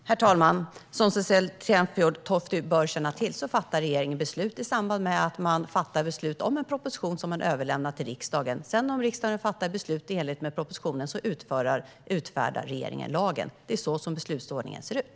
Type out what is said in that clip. Herr talman! Som Cecilie Tenfjord-Toftby bör känna till fattar regeringen beslut om en proposition som sedan överlämnas till riksdagen. Om riksdagen fattar beslut i enlighet med propositionen utfärdar därefter regeringen lagen. Det är så beslutsordningen ser ut.